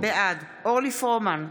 בעד אורלי פרומן,